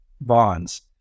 bonds